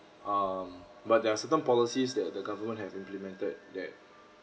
um but there are certain policies that the government have implemented that